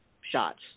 shots